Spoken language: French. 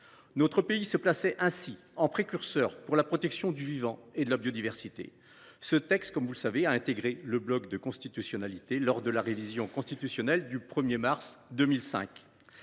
Notre pays se plaçait ainsi en précurseur de la protection du vivant et de la biodiversité. Ce texte, comme vous le savez, a intégré le bloc de constitutionnalité lors de la révision constitutionnelle du 1 mars 2005.